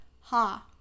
Ha